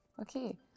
Okay